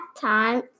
time